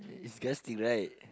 disgusting right